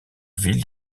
ville